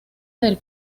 del